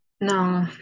No